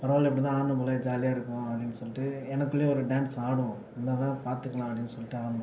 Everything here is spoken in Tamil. பரவாயில்லை இப்படிதான் ஆடணும் போல் ஜாலியாக இருக்கும் அப்படின்னு சொல்லிகிட்டு எனக்குள்ளேயே ஒரு டான்ஸ் ஆடும் என்னதா பார்த்துக்கலாம் அப்படின்னு சொல்லிட்டு ஆடினோம்